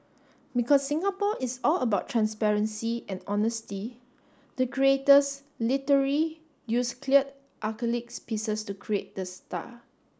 because Singapore is all about transparency and honesty the creators literally used cleared acrylics pieces to create the star